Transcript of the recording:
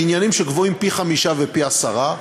בניינים שגבוהים פי-חמישה ופי-עשרה,